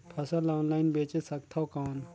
फसल ला ऑनलाइन बेचे सकथव कौन?